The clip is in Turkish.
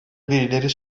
birileri